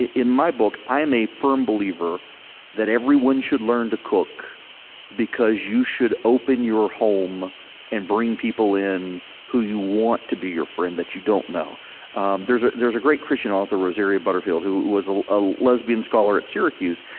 in my book, i am a firm believer that everyone should learn to cook because you should open your home and bring people in who you want to be your friend that you don't know and there's ah there's a great christian author rosaria butterfield, who was ah a lesbian scholar at syracuse,